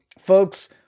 Folks